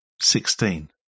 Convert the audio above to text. sixteen